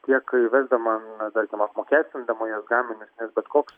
tiek įvesdama na tarkim apmokestindama jos gaminius nes bet koks